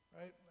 right